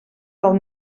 del